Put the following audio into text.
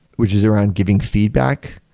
which is around giving feedback.